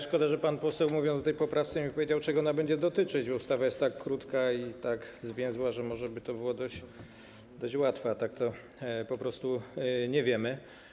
Szkoda, że pan poseł, mówiąc o tej poprawce, nie powiedział, czego ona będzie dotyczyć, bo ustawa jest tak krótka i tak zwięzła, że może by to było dość łatwe, a tak to po prostu nie wiemy.